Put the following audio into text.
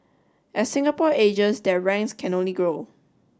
as Singapore ages their ranks can only grow